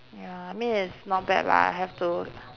ya I mean it's not bad lah I have to